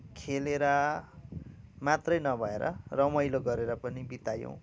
खेलेर मात्रै नभएर रमाइलो गरेर पनि बितायौँ